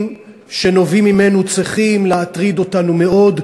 שנובעים ממנו צריכים להטריד אותנו מאוד,